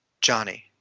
Johnny